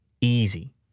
easy